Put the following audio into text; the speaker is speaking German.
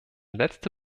letzte